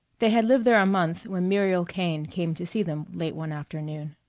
they had lived there a month when muriel kane came to see them late one afternoon.